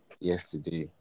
yesterday